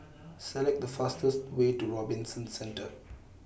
Select The fastest Way to Robinson Centre